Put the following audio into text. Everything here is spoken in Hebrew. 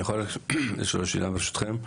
אני יכול לשאול שאלה, ברשותכם?